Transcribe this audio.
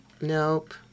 nope